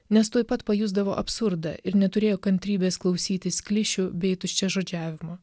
nes tuoj pat pajusdavo absurdą ir neturėjo kantrybės klausytis klišių bei tuščiažodžiavimo